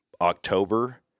October